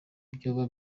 vyoba